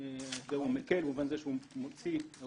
הוא מקל במובן הזה שהוא מוסיף